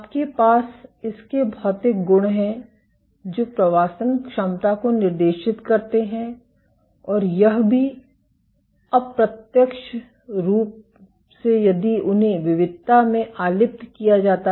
आपके पास इसके भौतिक गुण हैं जो प्रवासन क्षमता को निर्देशित करते हैं और यह भी अप्रत्यक्ष रूप से यदि उन्हें विविधता में आलिप्त किया जाता है